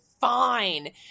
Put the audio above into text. Fine